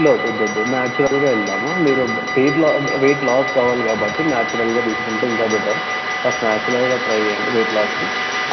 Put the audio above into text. లే వద్దు వద్దు నాచ్యురల్గా వెళదాము మీరు వెయిట్ లాస్ వెయిట్ లాస్ కావాలి కాబట్టి నాచ్యురల్గా తీసుకుంటే ఇంకా బెటర్ ఫస్ట్ నాచ్యురల్గా ట్రై చేయండి వెయిట్ లాస్కి